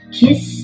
kiss